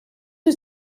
wyt